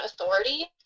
authority